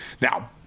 Now